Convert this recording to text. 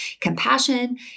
compassion